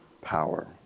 power